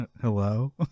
hello